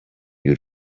you